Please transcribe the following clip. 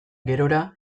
gerora